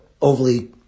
overly